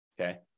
Okay